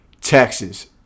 texas